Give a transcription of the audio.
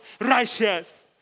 righteous